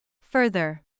Further